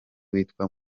witwa